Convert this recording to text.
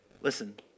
Listen